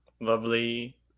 lovely